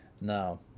Now